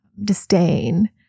disdain